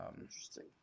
Interesting